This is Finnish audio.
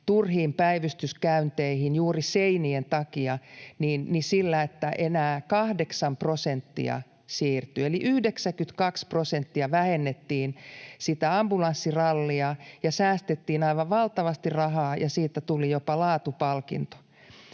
turhiin päivystyskäynteihin juuri seinien takia. Enää kahdeksan prosenttia siirtyy. Eli 92 prosenttia vähennettiin sitä ambulanssirallia ja säästettiin aivan valtavasti rahaa, ja siitä tuli jopa laatupalkinto.